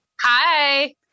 Hi